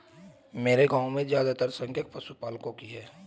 मेरे गांव में ज्यादातर संख्या पशुपालकों की है